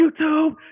YouTube